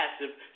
passive